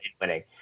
winning